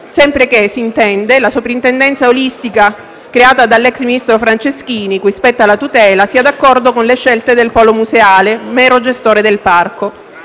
sempre che - s'intende - la soprintendenza olistica creata dal ministro Franceschini, cui spetta la tutela, sia d'accordo con le scelte del polo museale, mero gestore del parco.